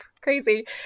crazy